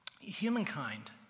Humankind